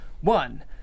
one